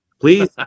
Please